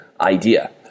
idea